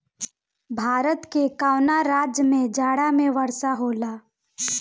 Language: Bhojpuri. भारत के कवना राज्य में जाड़ा में वर्षा होला?